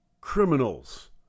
criminals